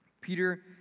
Peter